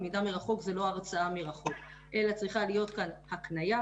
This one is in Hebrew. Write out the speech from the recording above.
למידה מרחוק זו לא הרצאה מרחוק אלא צריכה להיות כאן הקנייה,